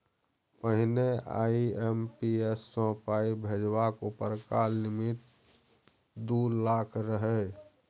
पहिने आइ.एम.पी.एस सँ पाइ भेजबाक उपरका लिमिट दु लाख रहय